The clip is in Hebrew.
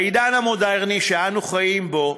בעידן המודרני שאנו חיים בו,